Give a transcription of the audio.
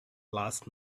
last